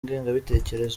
ngengabitekerezo